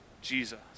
Jesus